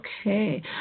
Okay